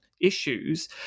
issues